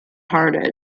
hard